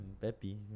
Pepe